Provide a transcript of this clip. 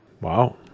Wow